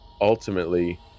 ultimately